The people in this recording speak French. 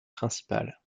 principale